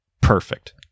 perfect